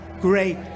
great